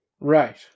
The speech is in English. Right